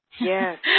Yes